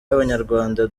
y’abanyarwanda